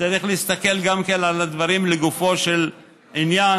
צריך להסתכל על הדברים גם לגופו של עניין.